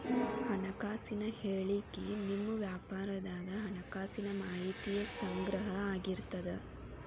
ಹಣಕಾಸಿನ ಹೇಳಿಕಿ ನಿಮ್ಮ ವ್ಯಾಪಾರದ್ ಹಣಕಾಸಿನ ಮಾಹಿತಿಯ ಸಂಗ್ರಹ ಆಗಿರ್ತದ